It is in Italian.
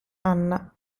anna